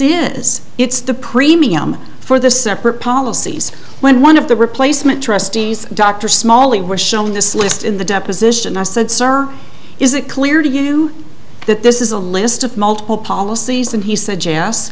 is it's the premium for the separate policies when one of the replacement trustees dr smally were on this list in the deposition i said sir is it clear to you that this is a list of multiple policies and he suggests